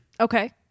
Okay